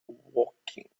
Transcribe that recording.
woking